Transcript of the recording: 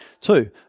Two